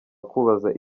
akubaza